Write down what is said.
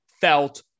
felt